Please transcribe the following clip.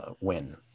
win